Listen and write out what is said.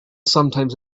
sometimes